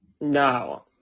no